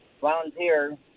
volunteer